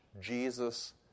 Jesus